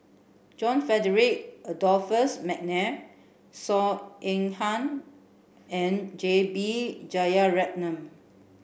John Frederick Adolphus McNair Saw Ean Ang and J B Jeyaretnam